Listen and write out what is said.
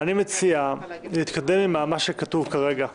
אני מציע להתקדם עם מה שכתוב כרגע,